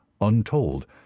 untold